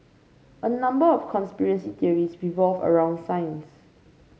a number of conspiracy theories revolve around science